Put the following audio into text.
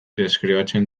deskribatzen